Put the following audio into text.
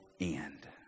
end